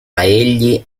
egli